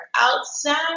outside